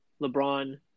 LeBron